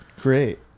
great